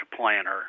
planner